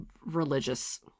religious